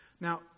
Now